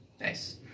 Nice